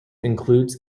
includes